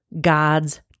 God's